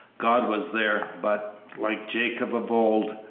god was there, but, like jacob of old,